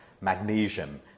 magnesium